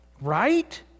Right